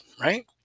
right